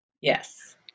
Yes